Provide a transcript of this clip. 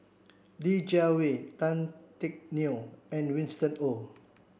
Li Jiawei Tan Teck Neo and Winston Oh